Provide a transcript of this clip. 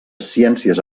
ciències